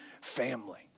family